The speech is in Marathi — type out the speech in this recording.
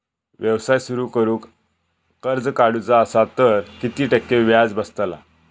व्यवसाय सुरु करूक कर्ज काढूचा असा तर किती टक्के व्याज बसतला?